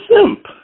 simp